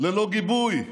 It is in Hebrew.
ללא גיבוי /